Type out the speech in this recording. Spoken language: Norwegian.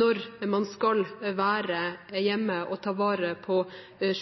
når de skal være hjemme og ta vare på